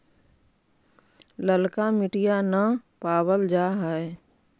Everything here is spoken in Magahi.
ललका मिटीया न पाबल जा है?